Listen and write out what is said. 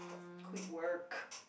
quick work